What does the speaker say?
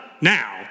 now